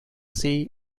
sea